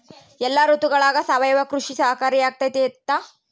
ಎಲ್ಲ ಋತುಗಳಗ ಸಾವಯವ ಕೃಷಿ ಸಹಕಾರಿಯಾಗಿರ್ತೈತಾ?